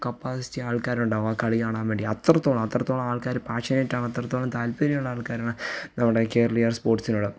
capacity ആൾക്കാരുണ്ടാവും ആ കളി കാണാൻ വേണ്ടി അത്രത്തോളം അത്രത്തോളം ആൾക്കാർ പാഷെയായിട്ടാണ് അത്രത്തോളം താല്പര്യമുള്ള ആൾക്കാരാണ് നമ്മുടെ കേരളീയർ സ്പോട്സിനോട്